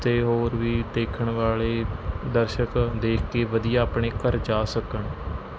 ਅਤੇ ਹੋਰ ਵੀ ਦੇਖਣ ਵਾਲੇ ਦਰਸ਼ਕ ਦੇਖ ਕੇ ਵਧੀਆ ਆਪਣੇ ਘਰ ਜਾ ਸਕਣ